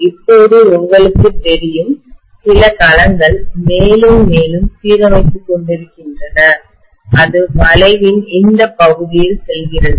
இப்போது உங்களுக்கு தெரியும் சில களங்கள் மேலும் மேலும் சீரமைத்துக் கொண்டிருக்கின்றன அது வளைவின் இந்த பகுதியில் செல்கிறது